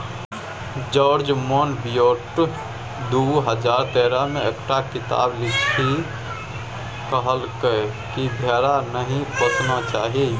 George Monbiot दु हजार तेरह मे एकटा किताप लिखि कहलकै कि भेड़ा नहि पोसना चाही